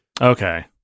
Okay